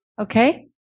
Okay